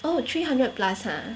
oh three hundred plus ah